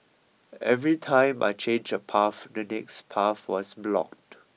every time I changed a path the next path was blocked